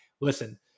listen